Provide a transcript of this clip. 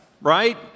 right